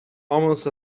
almost